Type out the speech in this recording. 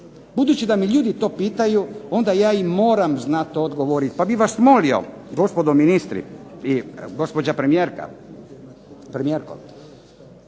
Budući da me ljudi to pitaju onda ja im moram znati odgovoriti. Pa bih vas molio, gospodo ministri i gospođa premijerka,